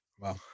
Wow